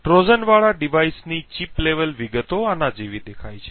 ટ્રોજનવાળા ડિવાઇસની chip level વિગતો આના જેવો દેખાય છે